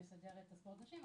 לשדר את ספורט הנשים,